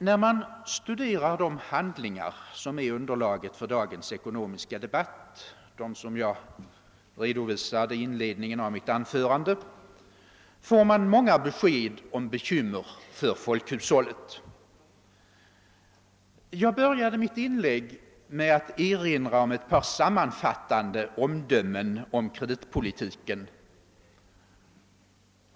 När man studerar de handlingar som är underlaget för dagens ekonomiska debatt — dem som jag redovisade i inledningen av mitt anförande — får man många besked om bekymmer för folkhushållet. Jag började mitt inlägg med att erinra om ett par sammanfattande omdömen om kreditpolitiken.